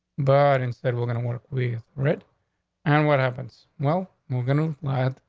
but instead we're gonna work with red and what happens? well, we're gonna live,